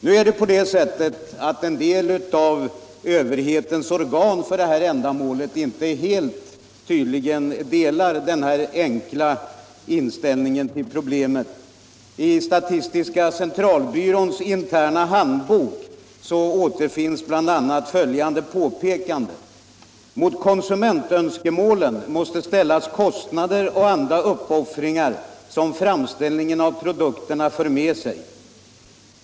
Nu är det emellertid så att en del av överhetens organ för detta ändamål inte delar denna enkla inställning till problemet. I statistiska centralbyråns interna handbok återfinns bl.a. följande påpekande: ”Mot konsumentönskemålen måste ställas kostnader och andra uppoffringar som framställningen av produkterna för med sig.